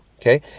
okay